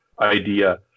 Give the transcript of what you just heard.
idea